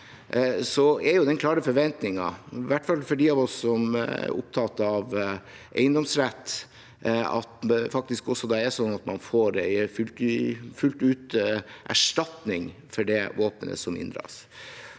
– er den klare forventningen, i hvert fall for dem av oss som er opptatt av eiendomsrett, at det også er sånn at man fullt ut får erstatning for det våpenet som inndras.